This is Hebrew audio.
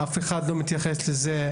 אף אחד לא מתייחס לזה.